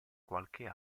qualche